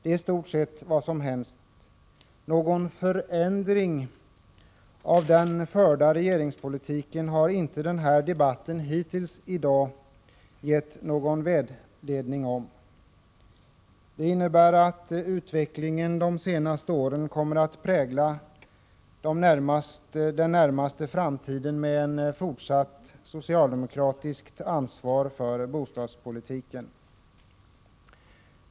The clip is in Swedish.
Det är i stort sett vad som hänt. Någon förändring av den förda regeringspolitiken har inte debatten i dag hittills gett någon vägledning om. Det innebär att de senaste årens utveckling kommer att prägla den närmaste framtiden med ett fortsatt socialdemokratiskt ansvar för bostadspolitiken.